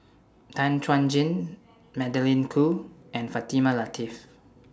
Tan Chuan Jin Magdalene Khoo and Fatimah Lateef